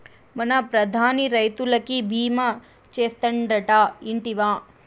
మన ప్రధాని రైతులకి భీమా చేస్తాడటా, ఇంటివా